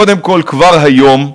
קודם כול, כבר היום,